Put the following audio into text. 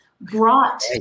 brought